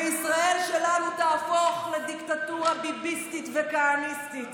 וישראל שלנו תהפוך לדיקטטורה ביביסטית וכהניסטית?